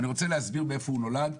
אני רוצה להסביר מאיפה הוא נולד.